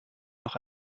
noch